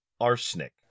arsenic